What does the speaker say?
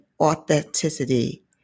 authenticity